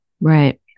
Right